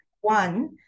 one